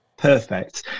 Perfect